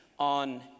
on